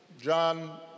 John